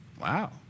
Wow